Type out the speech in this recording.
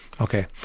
Okay